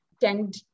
tend